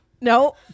No